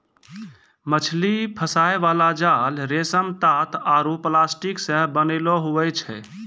मछली फसाय बाला जाल रेशम, तात आरु प्लास्टिक से बनैलो हुवै छै